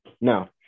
Now